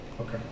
Okay